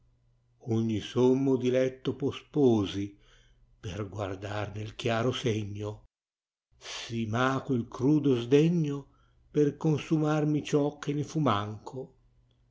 ogni sommo diletto posposi per guardar nel chiaro segno si m'ha quel crudo sdegno per consumarmi ciò che ne fu manco